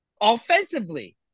Offensively